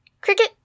cricket